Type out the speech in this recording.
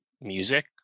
music